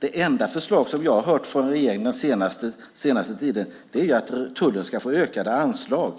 Det enda förslag som jag har hört från regeringen den senaste tiden är att tullen ska få ökade anslag.